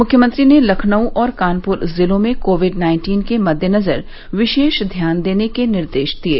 मुख्यमंत्री ने लखनऊ और कानपुर जिलों में कोविड नाइन्टीन के मद्देनजर विशेष ध्यान देने के निर्देश दिये